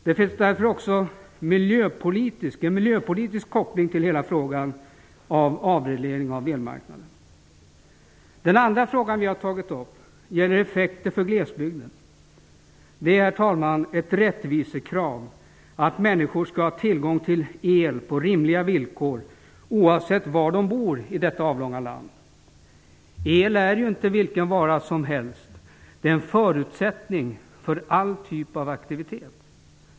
Det finns därför också en miljöpolitisk koppling till hela frågan om avreglering av elmarknaden. Den andra frågan som vi har tagit upp gäller effekterna för glesbygden. Det är, herr talman, ett rättvisekrav att människor skall ha tillgång till el på rimliga villkor, oavsett var de bor i detta avlånga land. El är ju inte vilken vara som helst; den är en förutsättning för all typ av aktivitet.